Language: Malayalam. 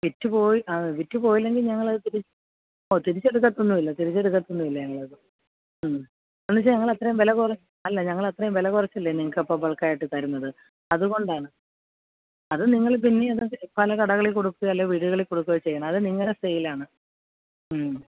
വിറ്റു പോയി ആ വിറ്റു പോയില്ലെങ്കിൽ ഞങ്ങളത് തിരിച്ച് ഓ തിരിച്ചെടുക്കത്തൊന്നുമില്ല തിരിച്ചെടുക്കത്തൊന്നുമില്ല ഞങ്ങളത് ഉം എന്നുവച്ചാല് ഞങ്ങളത്രയും വില കൊറ അല്ല ഞങ്ങളത്രയും വില കുറച്ചല്ലേ നിങ്ങള്ക്കിപ്പോള് ബൾക്കായിട്ട് തരുന്നത് അതുകൊണ്ടാണ് അത് നിങ്ങൾ പിന്നെയും പല കടകളിൽ കൊടുക്കുകയോ അല്ലെങ്കിൽ വീടുകളിൽ കൊടുക്കുകയോ ചെയ്യണം അത് നിങ്ങളുടെ സെയിലാണ് ഉം